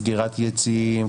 סגירת יציעים,